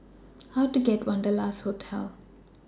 How Do I get to Wanderlust Hotel